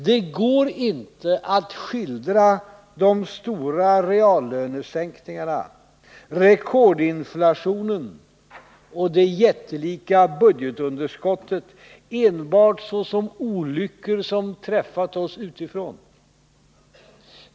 Det går inte att skildra de stora reallönesänkningarna, rekordinflationen och det jättelika budgetunderskottet enbart såsom olyckor som drabbat oss utifrån.